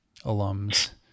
alums